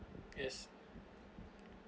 yes